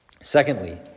Secondly